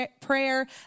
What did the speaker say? prayer